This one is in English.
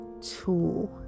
two